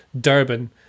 Durban